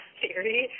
theory